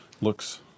Looks